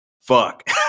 fuck